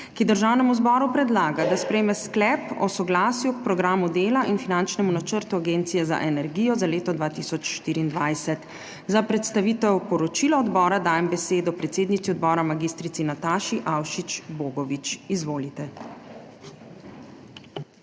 ki Državnemu zboru predlaga, da sprejme sklep o soglasju k Programu dela in finančnemu načrtu Agencije za energijo za leto 2024. Za predstavitev poročila odbora dajem besedo predsednici odbora mag. Nataši Avšič Bogovič. Izvolite.